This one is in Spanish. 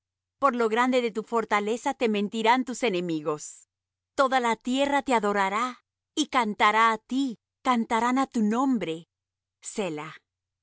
por lo grande de tu fortaleza te mentirán tus enemigos toda la tierra te adorará y cantará á ti cantarán á tu nombre